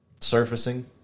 surfacing